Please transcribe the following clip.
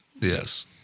Yes